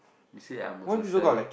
you say I'm a social